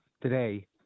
today